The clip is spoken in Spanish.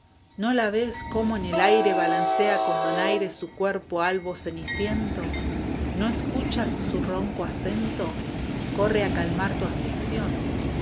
no la ves como en el aire balancea con donaire su cuerpo albo ceniciento no escuchas su ronco acento corre a calmar tu aflicción